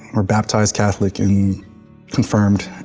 or baptized catholic and confirmed,